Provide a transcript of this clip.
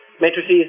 matrices